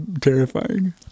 terrifying